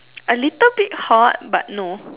a little bit hot but no